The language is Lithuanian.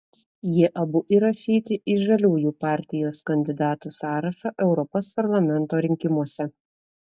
jie abu įrašyti į žaliųjų partijos kandidatų sąrašą europos parlamento rinkimuose